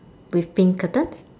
with pink curtains